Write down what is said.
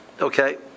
Okay